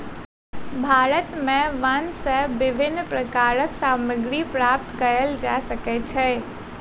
भारत में वन सॅ विभिन्न प्रकारक सामग्री प्राप्त कयल जा सकै छै